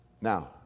Now